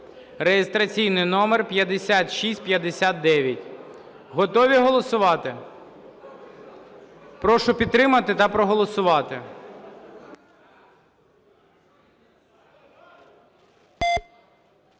(реєстраційний номер 5659). Готові голосувати? Прошу підтримати та проголосувати.